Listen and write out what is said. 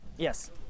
Yes